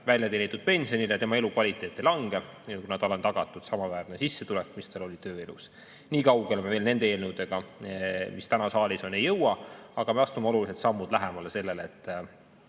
väljateenitud pensionile ja tema elukvaliteet ei lange, kuna talle on tagatud samaväärne sissetulek, mis tal oli tööelus. Nii kaugele me veel nende eelnõudega, mis praegu saalis on, ei jõua, aga me astume olulised sammud lähemale sellele, et